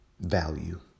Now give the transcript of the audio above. value